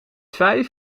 vijf